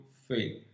fail